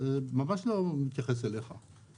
זה לא מתייחס אליך, ממש לא מתייחס אליך.